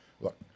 look